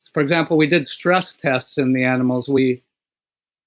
for example, we did stress test in the animals. we